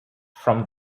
from